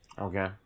Okay